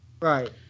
Right